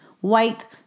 white